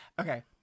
Okay